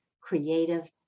creative